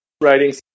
writing